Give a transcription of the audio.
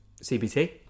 CBT